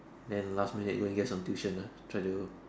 then last minute go and get some tuition lah try to